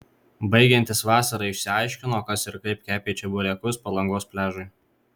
baigiantis vasarai išsiaiškino kas ir kaip kepė čeburekus palangos pliažui